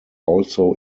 also